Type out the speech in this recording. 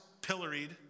pilloried